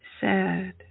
sad